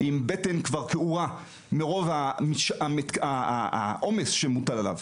עם בטן כבר קעורה מרוב העומס שמוטל עליו.